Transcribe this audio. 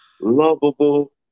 lovable